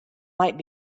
might